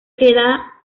queda